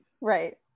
Right